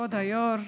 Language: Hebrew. כבוד היו"ר,